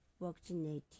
vaccinated